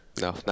No